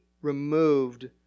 removed